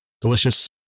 Delicious